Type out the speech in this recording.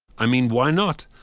i mean why not?